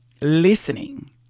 listening